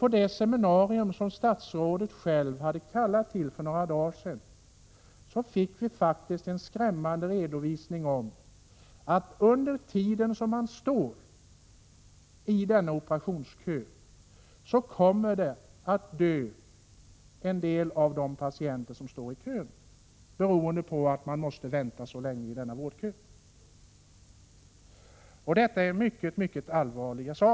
På det seminarium för några dagar sedan som statsrådet själv hade kallat till fick vi en skrämmande redovisning av att en del av de patienter som står i denna operationskö kommer att dö under tiden, beroende på att de måste vänta så länge i denna vårdkö. Detta är givetvis mycket, mycket allvarligt.